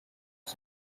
all